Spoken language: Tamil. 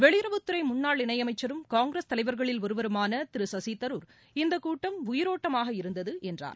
வெளியுறவுத்துறைமுன்னாள் இணையமைச்சரும் காங்கிரஸ் தலைவர்களில் ஒருவருமானதிருசசிதரூர் இந்தக் கூட்டம் உயிரோட்டமாக இருந்ததுஎன்றார்